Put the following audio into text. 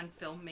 filmmaking